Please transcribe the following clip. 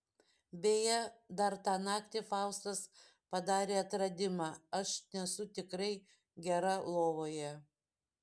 beje dar tą naktį faustas padarė atradimą aš nesu tikrai gera lovoje